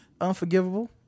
unforgivable